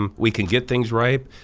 um we can get things ripe.